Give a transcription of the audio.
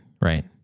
right